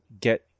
get